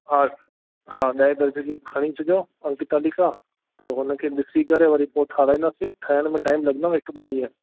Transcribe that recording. हा हा ॾहें दर्जे जी बि खणी अचिजो अंक तालिका पोइ हुनखे ॾिसी करे वरी पोइ ठाहिराईंदासिसि ठहण में टाइम लॻंदुव हिकु ॿ ॾींहं